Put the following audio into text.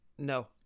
No